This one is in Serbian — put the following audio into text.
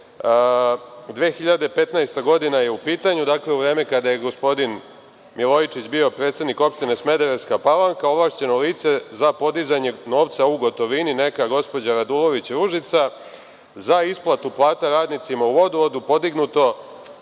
2015. godina je u pitanju, dakle, u vreme kada je gospodin Milojičić bio predsednik opštine Smederevska Palanka, ovlašćeno lice za podizanje novca u gotovini, neka gospođa Radulović Ružica, za isplatu plata radnicima u Vodovodu podignuto